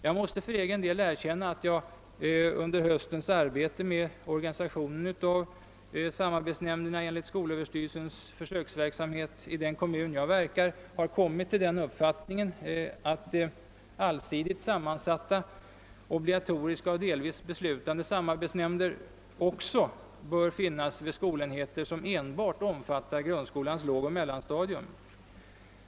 Jag måste erkänna att jag under höstens arbete med organisationen av samarbetsnämnderna enligt skolöverstyrelsens försöksverksamhet i den kommun där jag verkar har kommit till den uppfattningen, att allsidigt sammansatta, obligatoriska och delvis beslutande samarbetsnämnder bör finnas också vid skolenheter, som enbart omfattar grundskolans lågoch mellanstadium.